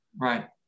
Right